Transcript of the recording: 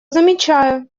замечаю